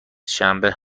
شنبه